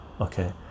okay